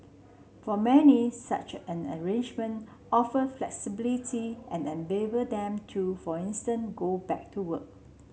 for many such an arrangement offer flexibility and enable them to for instance go back to work